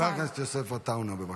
חבר הכנסת יוסף עטאונה, בבקשה.